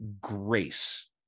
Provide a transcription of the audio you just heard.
grace